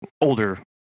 older